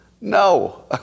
no